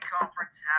conference